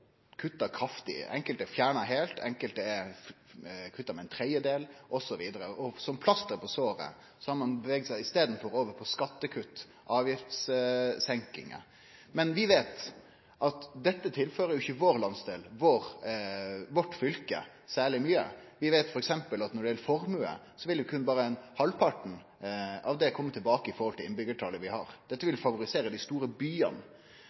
kutta kraftig i. Enkelte er fjerna heilt, enkelte er kutta med ein tredjedel osv. Som plaster på såret har ein i staden bevega seg over på skattekutt, avgiftssenkingar, men vi veit at dette tilfører ikkje landsdelen vår og fylket vårt særleg mykje. Vi veit f.eks. at når det gjeld formue, vil berre halvparten her komme tilbake med tanke på det innbyggjartalet vi har. Dette vil favorisere dei store byane.